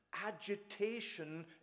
agitation